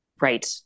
Right